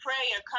Prayer